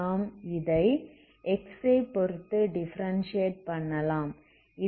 நாம் இதை x ஐ பொறுத்து டிஃபரென்ஸியேட் பண்ணலாம்